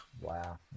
Wow